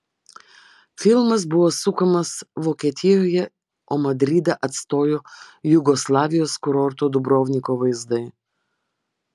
filmas buvo sukamas vokietijoje o madridą atstojo jugoslavijos kurorto dubrovniko vaizdai